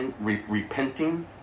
repenting